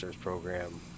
program